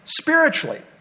spiritually